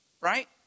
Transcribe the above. Right